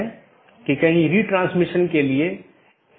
एक यह है कि कितने डोमेन को कूदने की आवश्यकता है